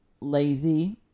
lazy